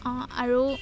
আৰু